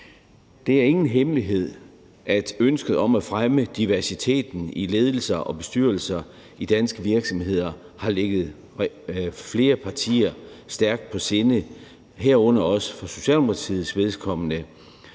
Det er ingen hemmelighed, at ønsket om at fremme diversiteten i ledelser og bestyrelser i danske virksomheder har ligget flere partier stærkt på sinde, herunder også Socialdemokratiet. Ønsket